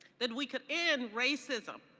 that we could end racism,